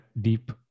deep